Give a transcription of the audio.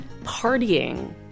partying